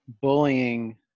bullying